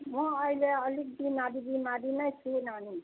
म अहिले अलिक बिमारी बिमारी नै छु नानी